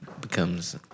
becomes